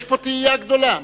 יש פה תהייה גדולה.